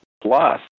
plus